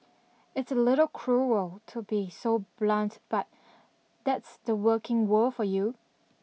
it's a little cruel to be so blunt but that's the working world for you